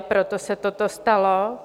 Proto se toto stalo.